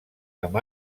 amb